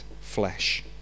flesh